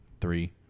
three